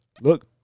Look